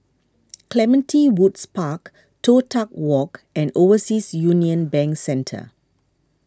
Clementi Woods Park Toh Tuck Walk and Overseas Union Bank Centre